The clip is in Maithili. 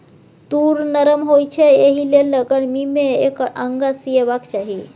तूर नरम होए छै एहिलेल गरमी मे एकर अंगा सिएबाक चाही